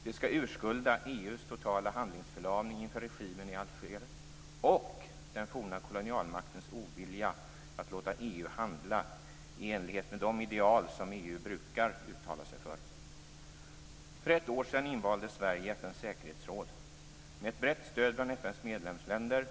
Det skall urskulda EU:s totala handlingsförlamning inför regimen i Alger och den forna kolonialmaktens ovilja att låta EU handla i enlighet med de ideal som EU brukar uttala sig för. För ett år sedan invaldes Sverige i FN:s säkerhetsråd med ett brett stöd bland FN:s medlemsländer.